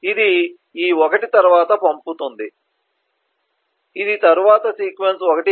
కాబట్టి ఇది ఈ 1 తర్వాత పంపుతుంది ఇది తరువాతి సీక్వెన్స్ 1